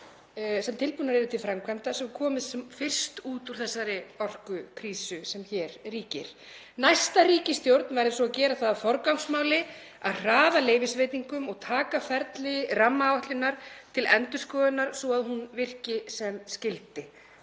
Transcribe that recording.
sem tilbúnar eru til framkvæmda svo að við komumst sem fyrst út úr þessari orkukrísu sem hér ríkir. Næsta ríkisstjórn verður svo að gera það að forgangsmáli að hraða leyfisveitingum og taka ferli rammaáætlunar til endurskoðunar svo að hún virki sem skyldi.